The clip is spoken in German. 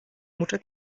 mutter